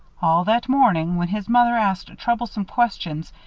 all that morning, when his mother asked troublesome questions,